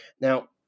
Now